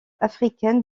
africaines